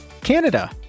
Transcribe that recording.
Canada